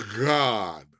god